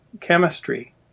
chemistry